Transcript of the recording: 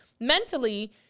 mentally